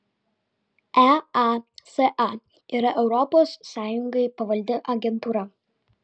easa yra europos sąjungai pavaldi agentūra